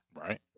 Right